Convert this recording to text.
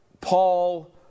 Paul